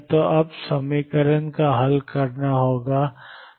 तो अब इस समीकरण को हल करना है